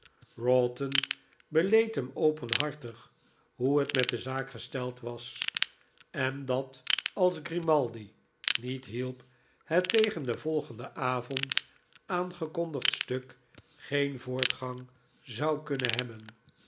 wroughton beleed hem openhartig hoe het met de zaak gesteld was en dat als grimaldi niet hielp het tegen den volgenden avond aangekondigd stuk geen voortgang zou kunnen hebben